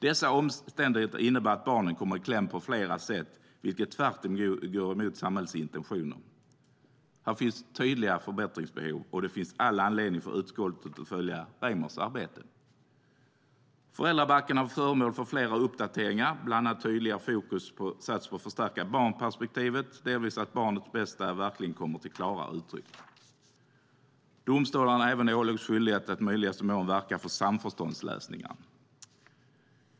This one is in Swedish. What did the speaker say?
Dessa omständigheter innebär att barnen kommer i kläm på flera sätt, vilket går tvärtemot samhällets intentioner. Här finns tydliga förbättringsbehov, och det finns all anledning för utskottet att följa Rejmers arbete. Föräldrabalken har varit föremål för flera uppdateringar, bland annat har tydligare fokus satts på att förstärka barnperspektivet, det vill säga att barnets bästa verkligen kommer till klarare uttryck i lagen. Domstolarna har även ålagts skyldighet att i möjligaste mån verka för samförståndslösningar.